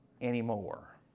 anymore